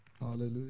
Hallelujah